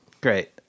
Great